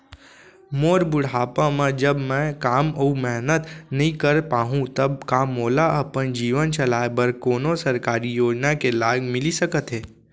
मोर बुढ़ापा मा जब मैं काम अऊ मेहनत नई कर पाहू तब का मोला अपन जीवन चलाए बर कोनो सरकारी योजना के लाभ मिलिस सकत हे?